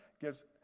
gives